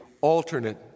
alternate